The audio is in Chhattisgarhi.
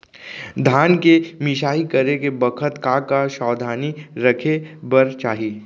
धान के मिसाई करे के बखत का का सावधानी रखें बर चाही?